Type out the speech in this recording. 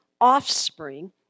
offspring